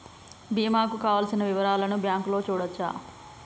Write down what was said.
బీమా కు కావలసిన వివరాలను బ్యాంకులో చూడొచ్చా?